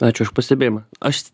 ačiū už pastebėjimą aš